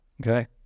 Okay